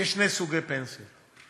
יש שני סוגי פנסיות: